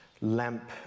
lamp